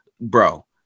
bro